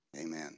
Amen